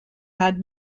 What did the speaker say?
had